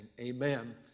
amen